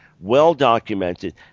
well-documented